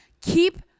keep –